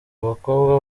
bakobwa